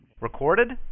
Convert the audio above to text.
Recorded